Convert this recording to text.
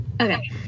Okay